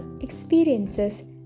experiences